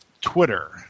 Twitter